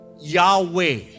Yahweh